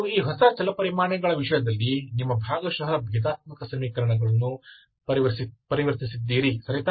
ನೀವು ಈ ಹೊಸ ಚಲಪರಿಮಾಣಗಳ ವಿಷಯದಲ್ಲಿ ನಿಮ್ಮ ಭಾಗಶಃ ಭೇದಾತ್ಮಕ ಸಮೀಕರಣಗಳನ್ನು ಪರಿವರ್ತಿಸಿದ್ದೀರಿ ಸರಿ ತಾನೇ